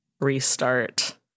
restart